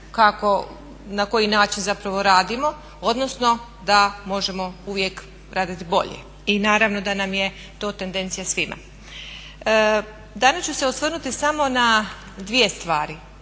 na koji način zapravo radimo odnosno da možemo uvijek raditi bolje. I naravno da nam je to tendencija svima. Danas ću se osvrnuti samo na dvije stvari